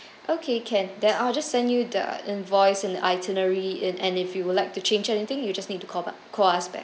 okay can then I'll just send you the invoice and the itinerary in and if you would like to change anything you just need to call back call us back